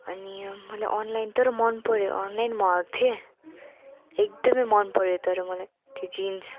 अनि मैले अनलाइन तर मन पर्यो अनलाइन मगाएको थिएँ एकदमै मन पर्यो तर मलाई त्यो जिन्स